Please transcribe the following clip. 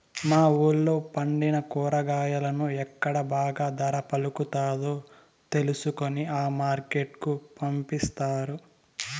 మా వూళ్ళో పండిన కూరగాయలను ఎక్కడ బాగా ధర పలుకుతాదో తెలుసుకొని ఆ మార్కెట్ కు పంపిస్తారు